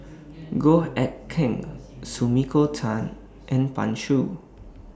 Goh Eck Kheng Sumiko Tan and Pan Shou